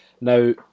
Now